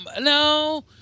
No